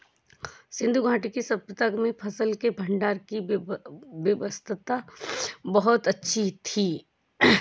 सिंधु घाटी की सभय्ता में फसल के भंडारण की व्यवस्था बहुत अच्छी थी